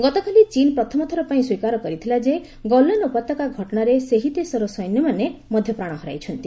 ଗତକାଲି ଚୀନ୍ ପ୍ରଥମଥର ପାଇଁ ସ୍ୱୀକାର କରିଥିଲା ଯେ ଗଲୱାନ୍ ଉପତ୍ୟକା ଘଟଣାରେ ସେହି ଦେଶର ସୈନ୍ୟମାନେ ମଧ୍ୟ ପ୍ରାଣ ହରାଇଛନ୍ତି